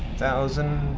thousand.